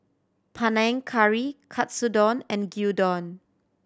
Panang Curry Katsudon and Gyudon